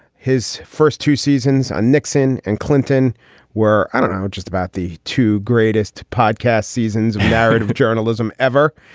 his first two seasons on nixon and clinton were, i don't know, just about the two greatest podcast seasons of narrative journalism ever.